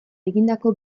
egindako